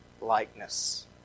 likeness